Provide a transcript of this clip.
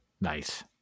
Nice